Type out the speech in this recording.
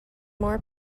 more